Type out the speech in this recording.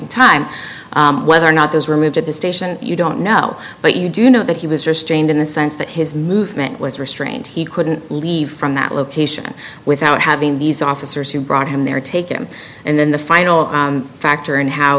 in time whether or not those removed at the station you don't know but you do know that he was restrained in the sense that his movement was restrained he couldn't leave from that location without having these officers who brought him there take him and then the final factor in how